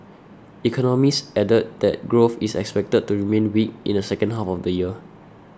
economists added that growth is expected to remain weak in the second half of the year